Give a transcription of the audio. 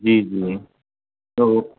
जी जी ओक